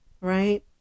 right